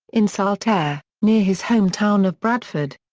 in saltaire, near his home town of bradford.